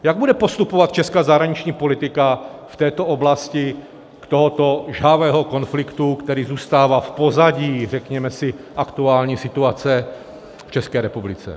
Jak bude postupovat česká zahraniční politika v oblasti tohoto žhavého konfliktu, který zůstává v pozadí, řekněme si, aktuální situace v České republice?